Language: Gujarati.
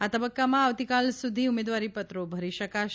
આ તબક્કામાં આવતીકાલ સુધી ઉમેદવારીપત્રો ભરી શકાશે